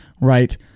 right